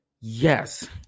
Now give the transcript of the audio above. yes